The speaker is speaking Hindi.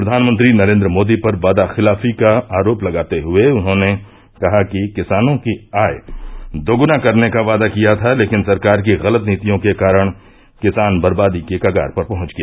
प्रधानमंत्री नरेन्द्र मोदी पर वादा खिलाफी का आरोप लगाते हुये कहा कि उन्होंने किसानों की आय दोगुना करने का वादा किया था लेकिन सरकार की गलत नीतियों के कारण किसान बर्बादी के कागार पर पहुंच गया